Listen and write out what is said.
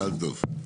מזל טוב.